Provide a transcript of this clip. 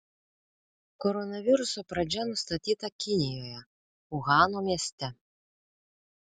koronaviruso pradžia nustatyta kinijoje uhano mieste